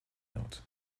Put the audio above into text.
out